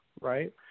right